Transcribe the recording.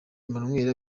emmanuel